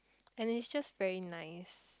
and he's just very nice